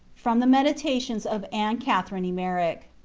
from the meditations of anne catherine emmerich.